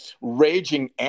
raging